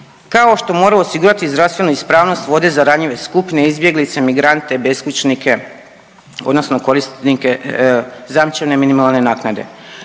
kao što moraju osigurati zdravstvenu ispravnost vode za ranjive skupine, izbjeglice, migrante, beskućnike odnosno koriste zajamčene minimalne naknade.